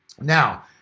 Now